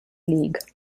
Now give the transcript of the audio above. league